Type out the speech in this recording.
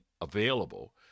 available